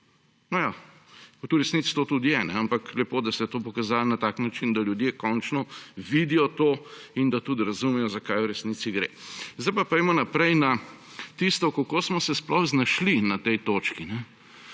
to tudi v resnici je, ampak lepo, da ste to pokazali na tak način, da ljudje končno vidijo to in da tudi razumejo, za kaj v resnici gre. Zdaj pa pojdimo naprej na tisto, kako smo se sploh znašli na tej točki.